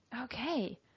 Okay